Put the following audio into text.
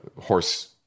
horse